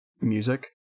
music